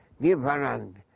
different